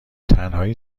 تنهایی